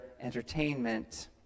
entertainment